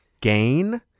gain